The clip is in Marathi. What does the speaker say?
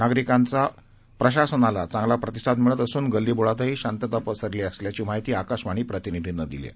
नागरीकांचा प्रशासनाला चांगला प्रतिसाद मिळत असून गल्ली बोळातही शांतता पसरली आहे अशी माहिती आकाशवाणी प्रतिनिधीनं दिली आहे